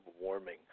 warming